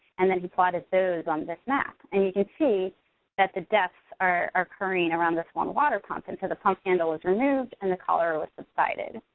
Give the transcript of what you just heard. and then he plotted those on this map. and you can see that the deaths are are occurring around this one water pump and so the pump handle was removed and the cholera was subsided.